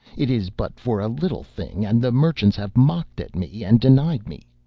it is but for a little thing, and the merchants have mocked at me, and denied me.